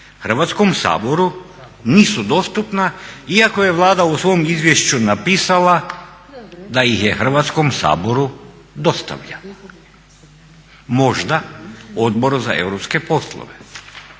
Hrvatskom saboru nisu dostupna, iako je Vlada u svom izvješću napisala da ih je Hrvatskom saboru dostavlja. Možda Odboru za europske poslove